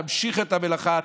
תמשיך את המלאכה,